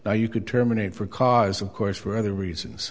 now you could terminate for cause of course for other reasons